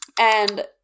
And-